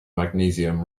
magnesium